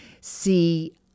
see